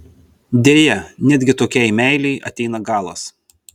deja netgi tokiai meilei ateina galas